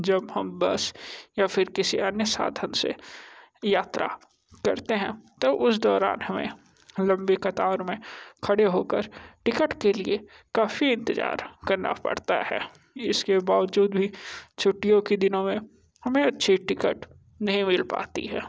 जब हम बस या फ़िर किसी अन्य साधन से यात्रा करते है तो उस दौरान हमे लम्बी कतार में खड़े हो कर टिकट के लिए काफी इंतज़ार करना पड़ता है इसके बावजूद भी छुट्टियों के दिनों में हमें अच्छी टिकट नहीं मिल पाती है